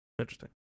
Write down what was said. interesting